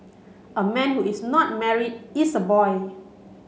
a man who is not married is a boy